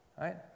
right